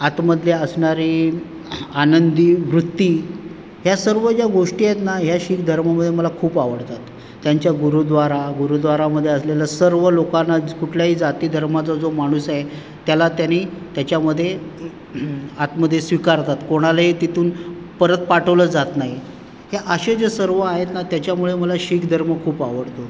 आतमधल्या असणारी आनंदी वृत्ती ह्या सर्व ज्या गोष्टी आहेत ना ह्या शीख धर्मामध्ये मला खूप आवडतात त्यांच्या गुरुद्वारा गुरुद्वारामध्ये असलेल्या सर्व लोकांना कुठल्याही जातीधर्माचा जो माणूस आहे त्याला त्यांनी त्याच्यामधे आतमधे स्वीकारतात कोणालाही तिथून परत पाठवलं जात नाही हे असे जे सर्व आहेत ना त्याच्यामुळे मला शीख धर्म खूप आवडतो